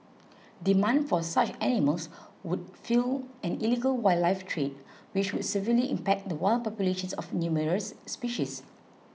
demand for such animals would fuel an illegal wildlife trade which would severely impact the wild populations of numerous species